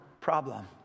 problem